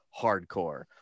hardcore